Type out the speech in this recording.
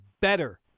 better